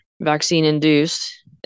vaccine-induced